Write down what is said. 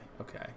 okay